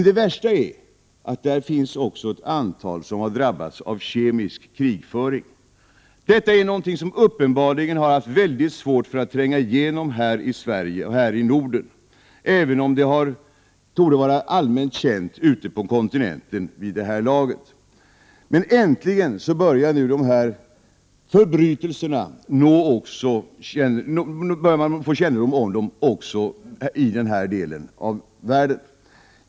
Det värsta är dock att där också finns ett antal som drabbats av kemisk krigföring. Detta är någonting som uppenbarligen har haft svårt att tränga igenom här i Sverige och i Norden, även om det vid det här laget torde vara allmänt känt ute på kontinenten. Äntligen börjar man nu få kännedom om dessa förbrytelser också i denna del av världen.